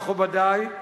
מכובדי,